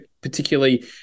particularly